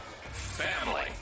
family